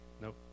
Nope